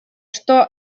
что